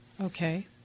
Okay